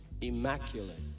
immaculate